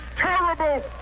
terrible